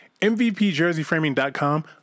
MVPJerseyFraming.com